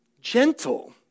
gentle